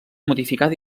modificada